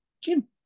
Jim